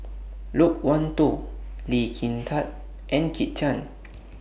Loke Wan Tho Lee Kin Tat and Kit Chan